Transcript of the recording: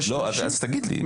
אז תגיד לי.